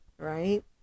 right